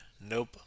Nope